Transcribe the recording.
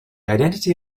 identity